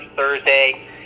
Thursday